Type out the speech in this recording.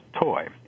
toy